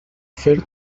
fer